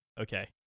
Okay